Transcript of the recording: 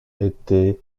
étaient